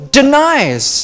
denies